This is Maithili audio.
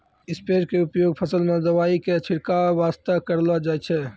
स्प्रेयर के उपयोग फसल मॅ दवाई के छिड़काब वास्तॅ करलो जाय छै